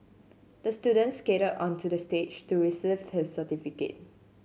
the student skated onto the stage to receive his certificate